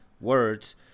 words